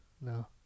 No